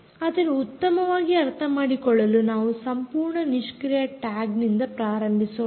ಆದರೆ ಉತ್ತಮವಾಗಿ ಅರ್ಥಮಾಡಿಕೊಳ್ಳಲು ನಾವು ಸಂಪೂರ್ಣ ನಿಷ್ಕ್ರಿಯ ಟ್ಯಾಗ್ ನಿಂದ ಪ್ರಾರಂಭಿಸೋಣ